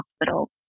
hospital